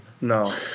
No